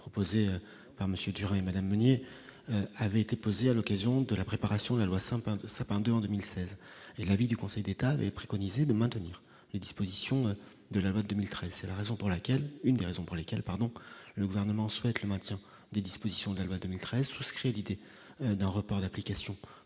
proposé par Monsieur et madame Meunier avait été posée à l'occasion de la préparation de la loi sympa de sapin de en 2016 et l'avis du Conseil d'État avait préconisé de maintenir les dispositions de la loi 2013, c'est la raison pour laquelle, une des raisons pour lesquelles, pardon, le gouvernement souhaite le maintien des dispositions de la loi de Mégret souscrit à l'idée d'un report d'application